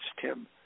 Tim